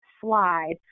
slide